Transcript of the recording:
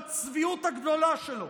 בצביעות הגדולה שלו